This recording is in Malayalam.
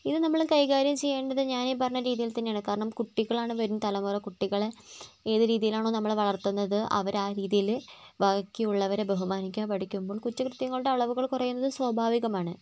ഇത് നമ്മൾ കൈകാര്യം ചെയ്യേണ്ടത് ഞാനീ പറയുന്ന രീതിയിൽ തന്നെയാണ് കാരണം കുട്ടികളാണ് വരും തലമുറ കുട്ടികളെ ഏത് രീതിയിലാണോ നമ്മൾ വളർത്തുന്നത് അവരാ രീതിയിൽ ബാക്കിയുള്ളവരെ ബഹുമാനിക്കാൻ പഠിക്കുമ്പോൾ കുറ്റകൃത്യങ്ങളുടെ അളവുകൾ കുറയുന്നത് സ്വാഭാവികമാണ്